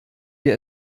wir